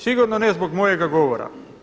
Sigurno ne zbog mojega govora?